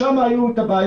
שם בעיקר היו הבעיות.